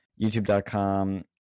youtube.com